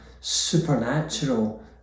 supernatural